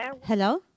Hello